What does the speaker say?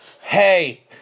hey